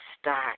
start